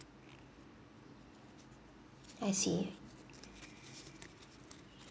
I see